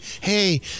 Hey